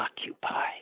occupy